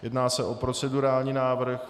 Jedná se o procedurální návrh.